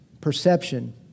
perception